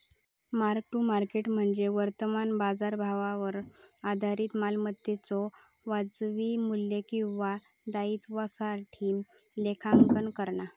mark to market म्हणजे वर्तमान बाजारभावावर आधारित मालमत्तेच्यो वाजवी मू्ल्य किंवा दायित्वासाठी लेखांकन करणा